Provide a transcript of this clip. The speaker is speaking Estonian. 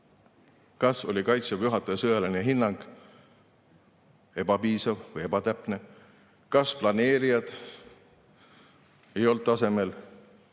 Kas oli Kaitseväe juhataja sõjaline hinnang ebapiisav või ebatäpne? Kas planeerijad ei olnud tasemel?